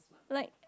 like